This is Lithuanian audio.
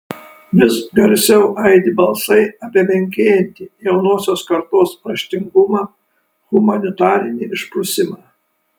vis garsiau aidi balsai apie menkėjantį jaunosios kartos raštingumą humanitarinį išprusimą